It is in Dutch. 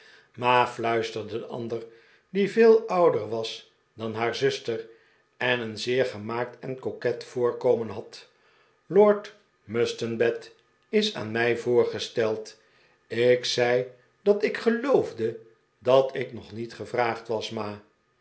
de andere die veel ouder was dan haar zuster en een zeer gemaakt en coquet voorkomen had lord mustanhed is aan mij voorgesteld ik zei dat ik geloofde dat ik nog niet gevraagd was ma